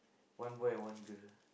one boy and one girl